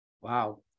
Wow